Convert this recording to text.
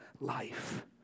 life